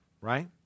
Right